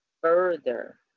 further